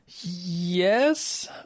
yes